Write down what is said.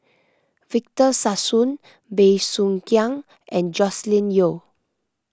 Victor Sassoon Bey Soo Khiang and Joscelin Yeo